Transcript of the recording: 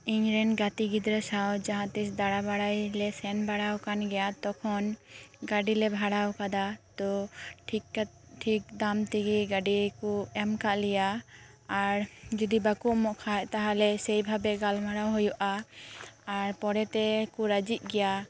ᱤᱧ ᱨᱮᱱ ᱜᱟᱛᱮ ᱜᱤᱫᱽᱨᱟᱹ ᱥᱟᱶ ᱡᱟᱦᱟᱸᱛᱤᱥ ᱫᱟᱬᱟ ᱵᱟᱲᱟᱭ ᱞᱮ ᱥᱮᱱ ᱵᱟᱲᱟᱣ ᱟᱠᱟᱱ ᱜᱮᱭᱟ ᱛᱚᱠᱷᱚᱱ ᱜᱟᱹᱰᱤ ᱞᱮ ᱵᱷᱟᱲᱟ ᱟᱠᱟᱫᱟ ᱛᱚ ᱴᱷᱤᱠ ᱠᱟᱛᱷᱟ ᱴᱷᱤᱠ ᱫᱟᱢ ᱛᱮᱜᱮ ᱜᱟᱹᱰᱤ ᱠᱚ ᱮᱢ ᱟᱠᱟᱫ ᱞᱮᱭᱟ ᱟᱨ ᱡᱩᱫᱤ ᱵᱟᱠᱚ ᱮᱢᱚᱜ ᱠᱷᱟᱱ ᱛᱟᱦᱞᱮ ᱥᱮᱭᱵᱷᱟᱵᱮ ᱜᱟᱞᱢᱟᱨᱟᱣ ᱦᱩᱭᱩᱜᱼᱟ ᱟᱨ ᱯᱚᱨᱮ ᱛᱮ ᱠᱚ ᱨᱟᱹᱡᱤᱜ ᱜᱮᱭᱟ